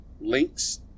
links